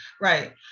Right